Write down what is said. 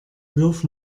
wirf